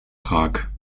prag